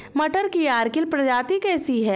मटर की अर्किल प्रजाति कैसी है?